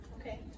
Okay